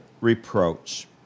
reproach